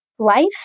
Life